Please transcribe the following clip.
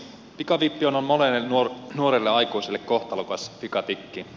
pikavippi on monelle nuorelle aikuiselle kohtalokas vikatikki